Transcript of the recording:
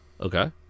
okay